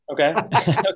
okay